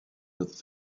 with